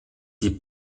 die